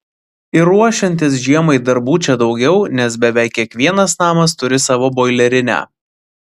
ir ruošiantis žiemai darbų čia daugiau nes beveik kiekvienas namas turi savo boilerinę